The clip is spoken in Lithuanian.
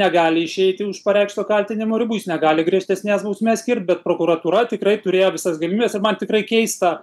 negali išeiti už pareikšto kaltinimo ribų jis negali griežtesnės bausmės skirt bet prokuratūra tikrai turėjo visas galimybes ir man tikrai keista